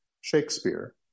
Shakespeare